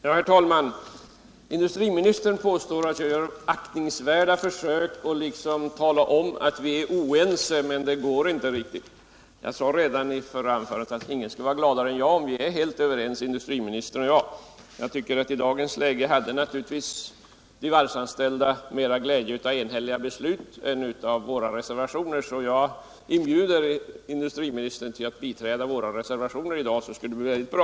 Herr talman! Industriministern påstår att jag gör aktningsvärda försök att tala om att vi är oense men att det inte riktigt går. Jag sade redan i mitt förra anförande att ingen skulle vara gladare än jag om industriministern och jag vore helt överens. I dagens läge har de varvsanställda naturligtvis mer glädje av enhälliga beslut än av våra reservationer. Jag inbjuder därför industriministern att biträda våra reservationer i dag. Då skulle allt bli väldigt bra.